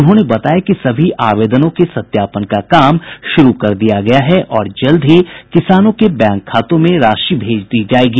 उन्होंने बताया कि सभी आवेदनों के सत्यापन का कार्य शुरू कर दिया गया है और जल्द ही किसानों के बैंक खातों में राशि भेज दी जायेगी